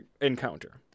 encounter